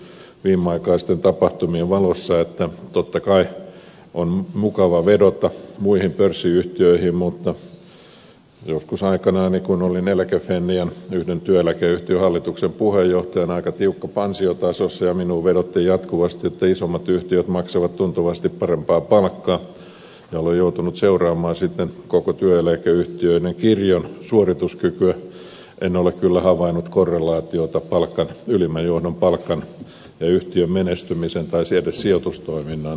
tuntuu varsinkin viimeaikaisten tapahtumien valossa että totta kai on mukava vedota muihin pörssiyhtiöihin mutta joskus aikanani kun olin eläke fennian yhden työeläkeyhtiön hallituksen puheenjohtajana aika tiukka ansiotasossa ja minuun vedottiin jatkuvasti että isommat yhtiöt maksavat tuntuvasti parempaa palkkaa ja olen joutunut seuraamaan sitten koko työeläkeyhtiöiden kirjon suorituskykyä en ole kyllä havainnut korrelaatiota ylimmän johdon palkan ja yhtiön menestymisen tai edes sijoitustoiminnan tuotoissa